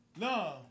No